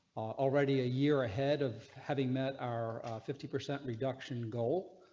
already a year ahead of having met are fifty percent reduction goal.